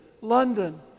London